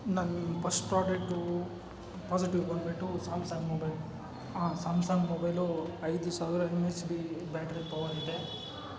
ನನ್ನ first product positive ಬಂದ್ಬಿಟ್ಟಿ Samsung mobile ಹಾಂ ಸ್ಯಾಮ್ಸಂಗ್ ಮೊಬೈಲ್ ಐದು ಸಾವಿರ M H B battery power ಇದೆ